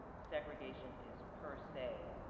segregation is per se,